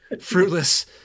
fruitless